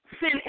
Sin